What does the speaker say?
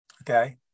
Okay